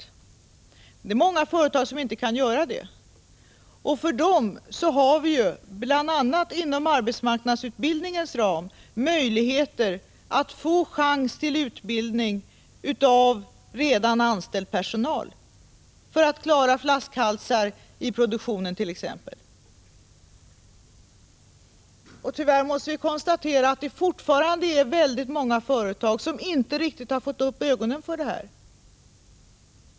Ja, det är många företag som inte kan göra det. För dem har vi ju bl.a. inom arbetsmarknadsutbildningens ram möjligheter till utbildning av redan anställd personal för att klara flaskhalsar i produktionen t.ex. Tyvärr finns det fortfarande väldigt många företag som inte riktigt har fått upp ögonen för detta.